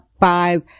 Five